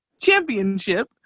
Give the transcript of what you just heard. championship